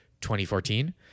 2014